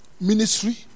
ministry